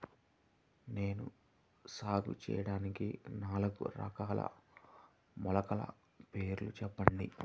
నేను సాగు చేయటానికి నాలుగు రకాల మొలకల పేర్లు చెప్పండి?